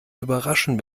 überraschen